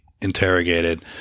interrogated